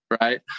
right